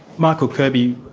michael kirby,